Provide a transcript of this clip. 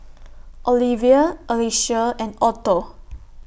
Olevia Alycia and Otto